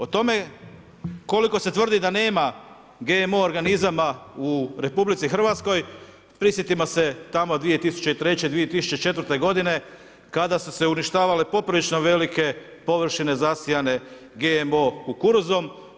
O tome koliko se tvrdi da nema GMO organizama u RH, prisjetimo se tamo 2003., 2004. g. kada su se uništavale poprilično velike površine zasijane GMO kukuruzom.